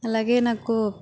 అలాగే నాకు